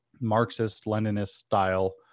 Marxist-Leninist-style